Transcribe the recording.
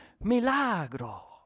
milagro